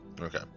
Okay